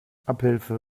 abhilfe